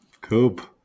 Coop